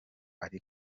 ari